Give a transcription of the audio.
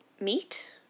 Meat